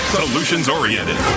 solutions-oriented